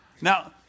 Now